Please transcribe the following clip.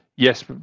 Yes